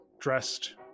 dressed